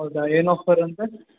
ಹೌದಾ ಏನು ಹೋಗ್ತಾರಂತೆ